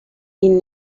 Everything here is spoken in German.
ihnen